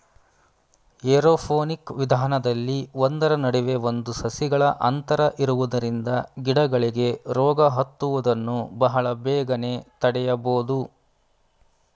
aeroponic ವಿಧಾನದಲ್ಲಿ ಒಂದರ ನಡುವೆ ಒಂದು ಸಸಿಗಳ ಅಂತರ ಇರುವುದರಿಂದ ಗಿಡಗಳಿಗೆ ರೋಗ ಹತ್ತುವುದನ್ನು ಬಹಳ ಬೇಗನೆ ತಡೆಯಬೋದು